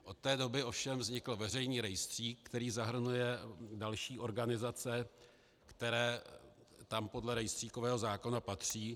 Od té doby ovšem vznikl veřejný rejstřík, který zahrnuje další organizace, které tam podle rejstříkového zákona patří.